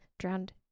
Drowned